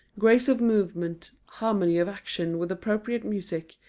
grace of movement, harmony of action with appropriate music,